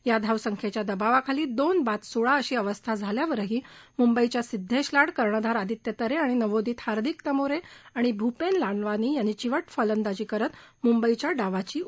या धावसंख्येच्या दबावाखाली दोन बाद सोळा अशी अवस्था झाल्यावरही मुंबईच्या सिद्धेश लाड कर्णधार आदित्य तरे आणि नवोदित हार्दिक तमोरे आणि भूपेन लालवानी यांनी चिवट फलंदाजी करत मुंबईच्या डावाची उभारणी केली